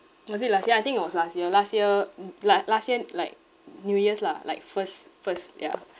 was it last year I think it was last year last year mm la~ last year like new year's lah like first first yeah